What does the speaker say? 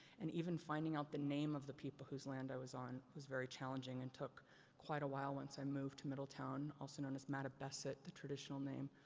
and even finding out the name of the people whose land i was on was very challenging and took quite a while once i moved to middletown, also known as mattabesset, the traditional name,